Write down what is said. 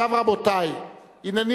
18 בעד ח"י משתתפים, אין נגד, אין נמנעים.